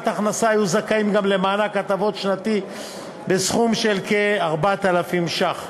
הכנסה היו זכאים גם למענק הטבות שנתי בסכום של כ-4,000 ש"ח.